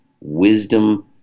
wisdom